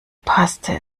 paste